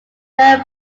very